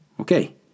Okay